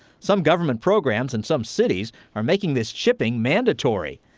some government programs in some cities are making this chipping mandatory.